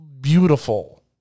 beautiful